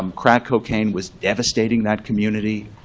um crack cocaine was devastating that community.